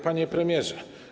Panie Premierze!